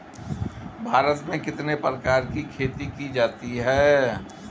भारत में कितने प्रकार की खेती की जाती हैं?